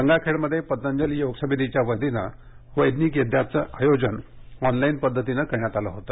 गंगाखेडमध्ये पतंजली योग समितीच्या वतीनं वैदिक यज्ञाचं आयोजन ऑनलाइन पद्धतीनं करण्यात आलं होतं